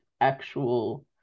actual